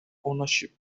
ownership